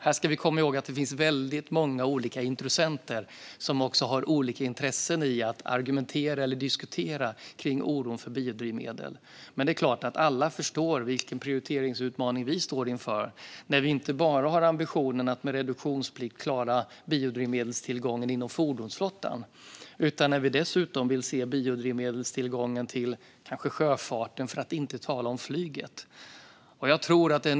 Vi ska också komma ihåg att det finns många olika intressenter som har olika intressen i att argumentera kring och diskutera oron för biodrivmedel. Alla förstår såklart vilken prioriteringsutmaning vi står inför. Vi har inte bara ambitionen att med reduktionsplikt klara biodrivmedelstillgången inom fordonsflottan. Vi vill dessutom se till biodrivmedelstillgång till sjöfarten, för att inte tala om flyget.